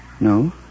No